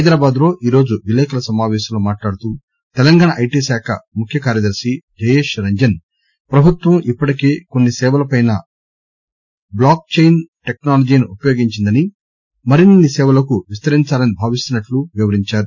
హైదరాబాద్లో ఈరోజు విలేఖరుల సమావేశంలో మాట్లాడుతూ తెలంగాణ ఐటి శాఖ ముఖ్య కార్యదర్శి జయేష్రంజన్ పభుత్వం ఇప్పటికే కొన్ని సేవలపై బ్లాక్ చైన్ టెక్నాలజీని ఉపయోగించిందని మరిన్ని సేవలకు విస్తరించాలని భావిస్తున్నట్లు ఆయన చెప్పారు